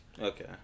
Okay